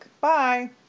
Bye